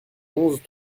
onze